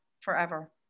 forever